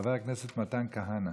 חבר הכנסת מתן כהנא,